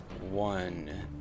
One